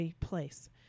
place